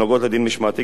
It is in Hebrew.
הנוגעות לדין משמעתי,